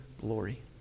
glory